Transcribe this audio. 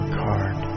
card